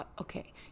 okay